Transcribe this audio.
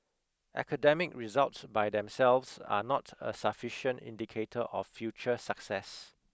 academic results by themselves are not a sufficient indicator of future success